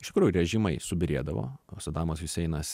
iš tikrųjų režimai subyrėdavo sadamas hiuseinas